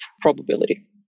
probability